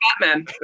Batman